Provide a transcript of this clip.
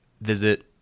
visit